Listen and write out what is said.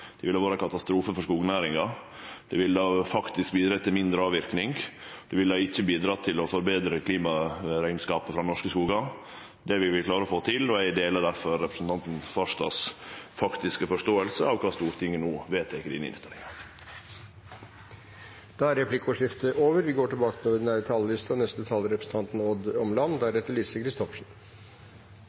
ville vore ein katastrofe for skognæringa. Det ville faktisk bidrege til mindre avverking, det ville ikkje bidrege til å forbetre klimarekneskapen for norske skogar. Det vil vi klare å få til. Eg deler difor representanten Farstads faktiske forståing av kva Stortinget no vedtek i samband med denne innstillinga. Replikkordskiftet er omme. Dette er en veldig stor og viktig sak, og